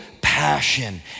passion